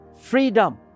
freedom